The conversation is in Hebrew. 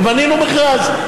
בנינו מכרז.